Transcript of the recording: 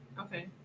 Okay